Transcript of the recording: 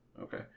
Okay